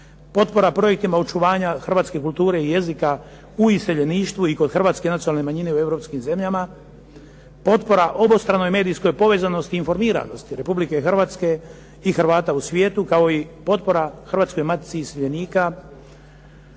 potpora projektima očuvanja hrvatske kulture i jezika u iseljeništvu i kod hrvatske nacionalne manjine u europskim zemljama, potpora obostranoj medijskoj povezanosti i informiranosti Republike Hrvatske i Hrvata u svijetu kao i potpora Hrvatskoj matici iseljenika